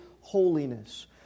holiness